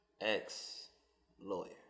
ex-lawyer